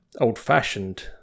old-fashioned